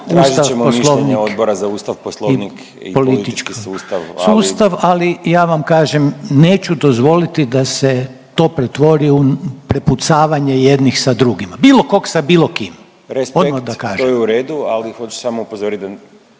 Tražit ćemo mišljenje Odbora za ustav i politički sustav. …/Upadica Reiner: Ali ja vam kažem neću dozvoliti da se to pretvori u prepucavanje jednih sa drugima, bilo kog sa bilo kim, odmah kažem./… Respekt, to je u redu, ali hoću samo upozorit da